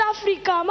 Africa